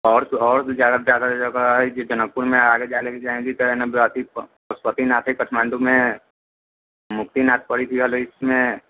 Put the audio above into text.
आओर तऽ आओर दू ज्यादासँ ज्यादा हइ जे जनकपुरमे आगे जाइ लागि अथी पशुपतिनाथ हइ काठमाण्डूमे मुक्तिनाथ पड़ैत रहलै इसमे